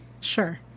Sure